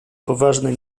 poważne